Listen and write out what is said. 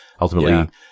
ultimately